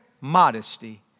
modesty